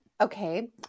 Okay